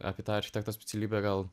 apie tą architekto specialybę gal